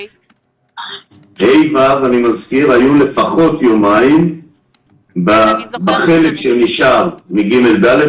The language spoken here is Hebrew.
ה'-ו' היו לפחות יומיים בחלק שנשאר מג'-ד',